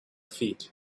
feet